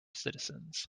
citizens